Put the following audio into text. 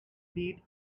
beat